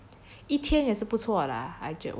一天也是不错 lah i~ 我觉得